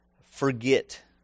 forget